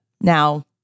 Now